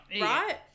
right